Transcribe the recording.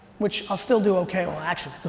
which i'll still do okay, well, actually,